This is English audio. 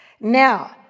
Now